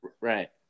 right